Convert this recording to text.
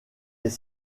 les